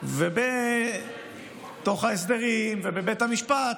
אליהו רביבו (הליכוד):